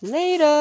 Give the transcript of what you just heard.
Later